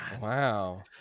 Wow